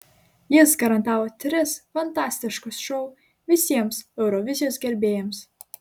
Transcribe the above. jis garantavo tris fantastiškus šou visiems eurovizijos gerbėjams